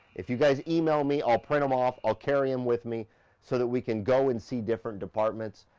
if you guys email me, i'll print them off, i'll carry them with me so that we can go and see different departments,